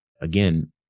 again